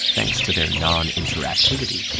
thanks to their non-interactivity,